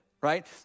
right